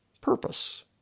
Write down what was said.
purpose